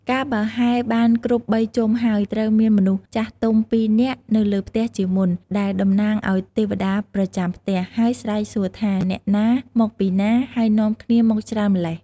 កាលបើហែបានគ្រប់បីជុំហើយ ត្រូវមានមនុស្សចាស់ទុំពីរនាក់នៅលើផ្ទះជាមុន ដែលតំណាងឲ្យទេវតាប្រចាំផ្ទះ ហើយស្រែសួរថា "អ្នកណា ? មកពីណា ? ហើយនាំគ្នាមកច្រើនម៉្លេះ ?។